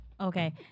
Okay